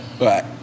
Right